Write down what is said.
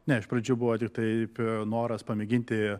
ne iš pradžių buvo taip noras pamėginti